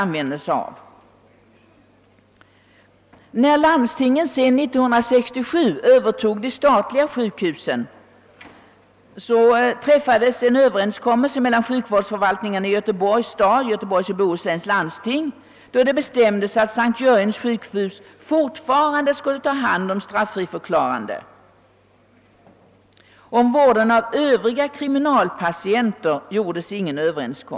När sedan landstingen år 1967 övertog de statliga sjukhusen ingicks en ny överenskommelse mellan Göteborgs stad och Göteborgs och Bohus läns landsting, enligt vilken S:t Jörgens sjukhus fortfarande skulle ta hand om de straffriförklarade. Om vården av övriga kriminalpatienter träffades inget avtal.